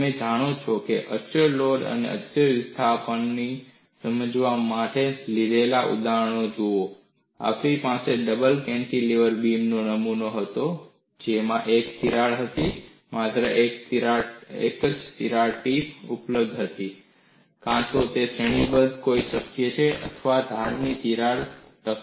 તમે જાણો છો કે જો તમે અચળ લોડ અને અચળ વિસ્થાપનને સમજાવવા માટે લીધેલા ઉદાહરણો જુઓ છો તો આપણી પાસે ડબલ કેન્ટિલીવર બીમ નમૂનો હતો જેમાં એક જ તિરાડ હતી માત્ર એક તિરાડ ટિપ ઉપલબ્ધ હતી કાં તો તે શ્રેણીની હોઈ શકે અથવા ધારની તિરાડવાળી તકતી